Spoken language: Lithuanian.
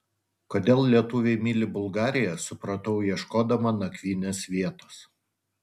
kodėl lietuviai myli bulgariją supratau ieškodama nakvynės vietos